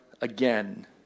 again